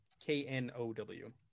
K-N-O-W